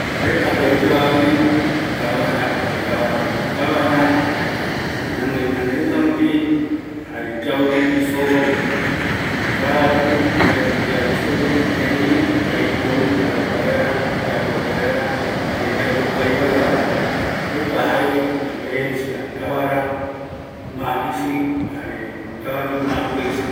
Jetape oyoavi kavara jare kabayu, kavara ñanoi ñanereta rupi, jare yauvi isoogue, kavayu mbaeti yau isoogue, erei ñanoi yaiporu vaera, yayokuai vaeta, yapo jee, jare yayo kuai vaera, jkavara misi, kavayu tuisa, jokuape oyoavi